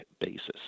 basis